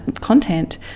Content